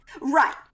Right